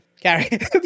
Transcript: Gary